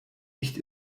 nicht